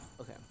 okay